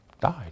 died